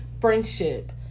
friendship